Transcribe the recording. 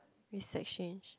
with sex change